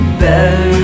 better